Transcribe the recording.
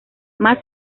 más